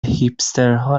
هیپسترها